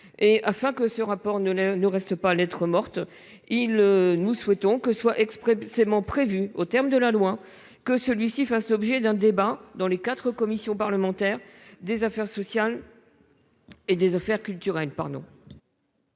Afin que ce rapport ne reste pas lettre morte, ils souhaitent que soit expressément prévu, aux termes de la loi, que celui-ci fasse l'objet d'un débat dans les quatre commissions parlementaires des affaires sociales et des affaires culturelles.